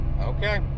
Okay